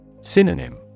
Synonym